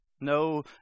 no